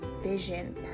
vision